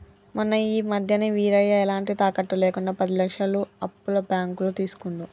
మొన్న ఈ మధ్యనే వీరయ్య ఎలాంటి తాకట్టు లేకుండా పది లక్షల అప్పు బ్యాంకులో తీసుకుండు